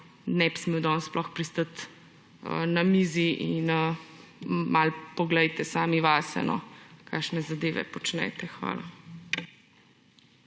ne bi smel danes sploh pristati na mizi in malo poglejte sami vase, kakšne zadeve počnete. Hvala.